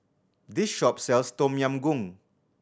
this shop sells Tom Yam Goong